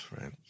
Right